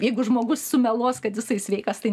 jeigu žmogus sumeluos kad jisai sveikas tai